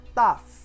tough